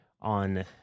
on